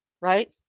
Right